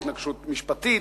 התנגשות משפטית,